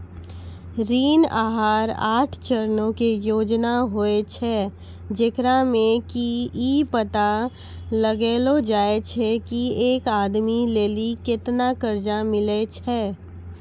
ऋण आहार आठ चरणो के योजना होय छै, जेकरा मे कि इ पता लगैलो जाय छै की एक आदमी लेली केतना कर्जा मिलै छै